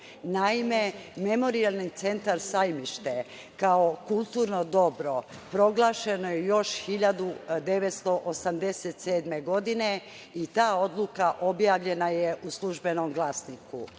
Naime, Memorijalni centar „Sajmište“ kao kulturno dobro proglašeno je još 1987. godine i ta odluka objavljena je u „Službenom glasniku“.